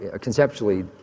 conceptually